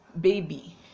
baby